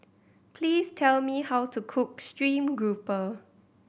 please tell me how to cook stream grouper